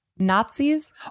Nazis